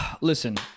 Listen